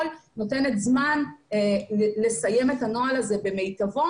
נותנת זמן לסיים את הנוהל הזה במיטבו.